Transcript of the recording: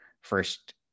first